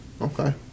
okay